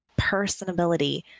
personability